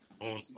on